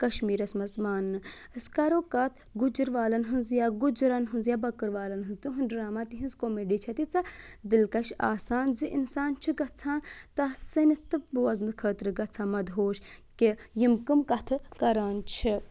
کشمیٖرَس منٛز ماننہٕ أسۍ کرو کَتھ گُجروالَن ہِنٛز یا گُجرَن ہِنٛز یا بٔکٕروالَن ہِنٛز تُہُںٛد ڈرٛاما تِہِنٛز کوٚمٮ۪ڈی چھَ تیٖژاہ دِلکَش آسان زِ اِنسان چھُ گژھان تَتھ سٔنِتھ تہٕ بوزنہٕ خٲطرٕ گژھان مدہوش کہ یِم کٕم کَتھٕ کَران چھِ